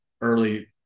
early